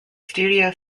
studio